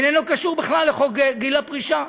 איננו קשור בכלל לחוק גיל הפרישה.